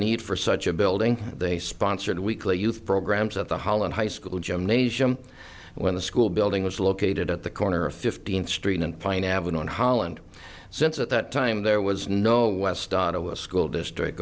need for such a building they sponsored weekly youth programs at the holland high school gymnasium when the school building was located at the corner of fifteenth street and pine avenue in holland since at that time there was no west otto a school district